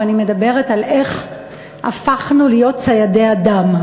ואני מדברת על איך הפכנו להיות ציידי אדם.